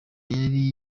yari